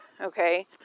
okay